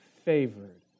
favored